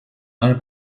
are